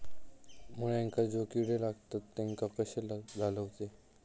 मुळ्यांका जो किडे लागतात तेनका कशे घालवचे?